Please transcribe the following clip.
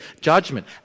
Judgment